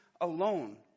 alone